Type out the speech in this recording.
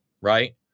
right